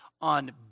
on